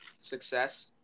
success